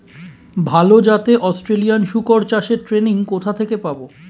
ভালো জাতে অস্ট্রেলিয়ান শুকর চাষের ট্রেনিং কোথা থেকে পাব?